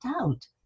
out